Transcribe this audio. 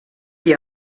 qui